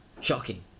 Shocking